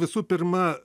visų pirma